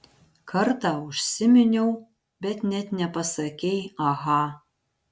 kartą užsiminiau bet net nepasakei aha